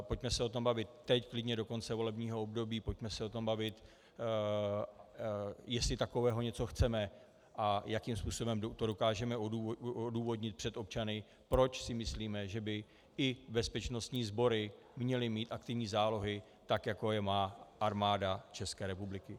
Pojďme se o tom bavit teď, klidně do konce volebního období, pojďme se o tom bavit, jestli něco takového chceme a jakým způsobem to dokážeme odůvodnit před občany, proč si myslíme, že by i bezpečnostní sbory měly mít aktivní zálohy, tak jako je má Armáda České republiky.